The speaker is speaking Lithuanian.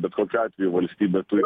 bet kokiu atveju valstybė turi